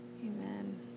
amen